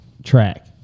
track